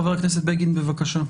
חבר הכנסת בגין, בבקשה.